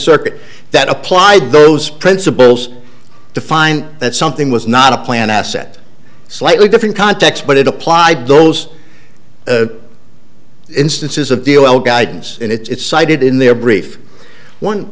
circuit that applied those principles to find that something was not a planned asset slightly different context but it applied those instances of the guidance and it's cited in their brief one